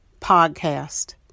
podcast